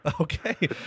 Okay